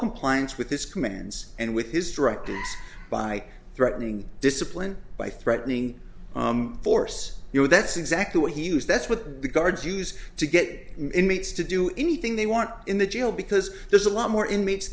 compliance with this commands and with his directed by threatening discipline by threatening force you know that's exactly what he used that's what the guards use to get inmates to do anything they want in the jail because there's a lot more inmates